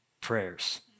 prayers